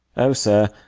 oh, sir,